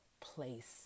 place